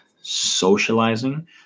socializing